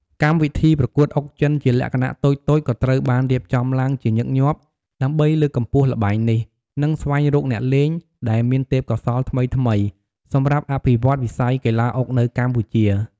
កម្មវិធីប្រកួតអុកចិនជាលក្ខណៈតូចៗ ក៏ត្រូវបានរៀបចំឡើងជាញឹកញាប់ ដើម្បីលើកកម្ពស់ល្បែងនេះ និងស្វែងរកអ្នកលេងដែលមានទេពកោសល្យថ្មីៗ សម្រាប់អភិវឌ្ឍន៍វិស័យកីឡាអុកនៅកម្ពុជា។